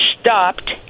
stopped